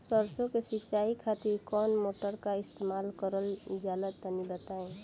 सरसो के सिंचाई खातिर कौन मोटर का इस्तेमाल करल जाला तनि बताई?